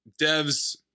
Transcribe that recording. devs